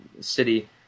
city